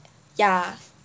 ya